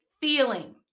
feeling